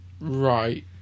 Right